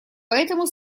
поэтому